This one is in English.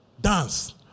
Dance